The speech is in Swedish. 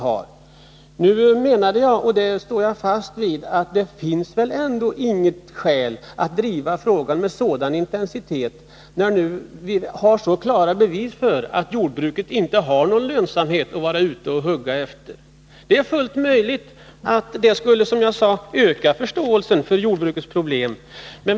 Jag menade, och det står jag fast vid, att det finns ändå inget skäl att driva frågan med sådan intensitet, när vi nu har så klara bevis för att jordbruket inte har någon lönsamhet att hugga in på. Det är fullt möjligt att det skulle, som jag sade, öka förståelsen för jordbrukets problem.